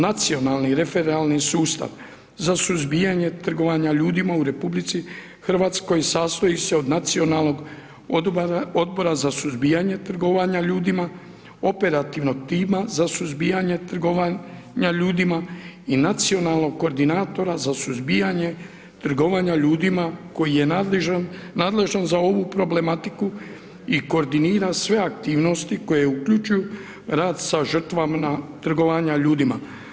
Nacionalni referirali sustav za suzbijanje trgovanje ljudima u RH sastoji se od nacionalnog odbora za suzbijanje ljudima, operativnog tima, za suzbijanje trgovanja ljudima i nacionalnog koordinatora za suzbijanje trgovanje ljudima koji je nadležan za ovu problematiku i koordinira sve aktivnosti, koje uključuju rad sa žrtvama trgovanja ljudima.